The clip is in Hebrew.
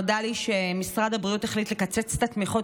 נודע לי שמשרד הבריאות החליט לקצץ את התמיכות